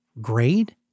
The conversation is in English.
grade